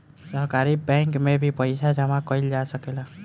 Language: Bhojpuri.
सहकारी बैंक में भी पइसा जामा कईल जा सकेला